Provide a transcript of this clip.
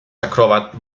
acrobat